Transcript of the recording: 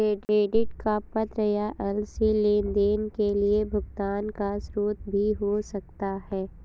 credit का पत्र या एल.सी लेनदेन के लिए भुगतान का स्रोत भी हो सकता है